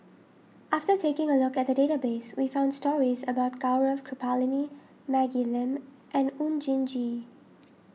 after taking a look at the database we found stories about Gaurav Kripalani Maggie Lim and Oon Jin Gee